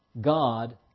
God